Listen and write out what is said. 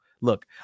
Look